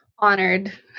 Honored